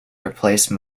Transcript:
replace